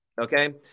Okay